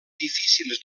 difícils